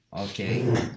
Okay